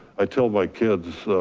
i tell my kids,